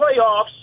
playoffs